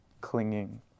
clinging